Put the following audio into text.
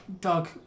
Doug